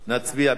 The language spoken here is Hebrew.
בבקשה.